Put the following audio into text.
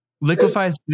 Liquefies